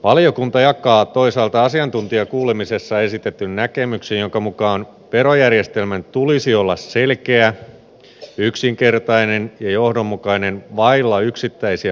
valiokunta jakaa toisaalta asiantuntijakuulemisessa esitetyn näkemyksen jonka mukaan verojärjestelmän tulisi olla selkeä yksinkertainen ja johdonmukainen vailla yksittäisiä poikkeussääntöjä